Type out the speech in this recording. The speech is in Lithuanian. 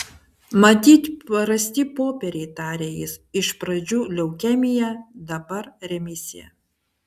matyt prasti popieriai tarė jis iš pradžių leukemija dabar remisija